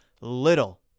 little